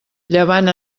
llevant